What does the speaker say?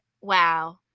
wow